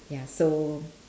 ya so